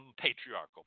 patriarchal